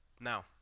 now